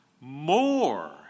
More